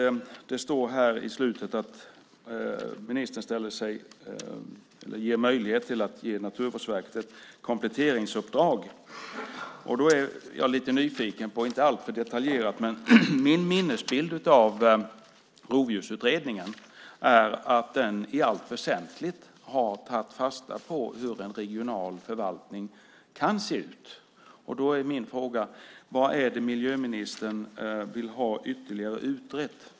Det står i svaret att ministern kan tänkas ge Naturvårdsverket ett kompletteringsuppdrag. Då blir jag lite nyfiken. Min minnesbild av Rovdjursutredningen är att den i allt väsentligt har tagit fasta på hur en regional förvaltning kan se ut. Vad är det miljöministern vill ha ytterligare utrett?